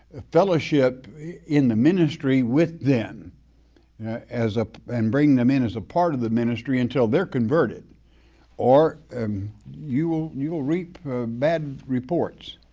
ah fellowship in the ministry with them ah and bring them in as a part of the ministry until they're converted or um you will you will reap bad reports.